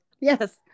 Yes